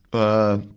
ah,